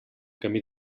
camí